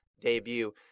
debut